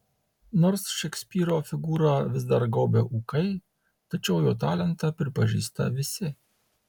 nors šekspyro figūrą vis dar gaubia ūkai tačiau jo talentą pripažįsta visi